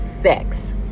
Sex